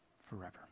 forever